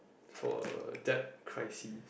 for debt crisis